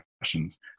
questions